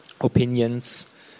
opinions